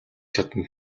чадна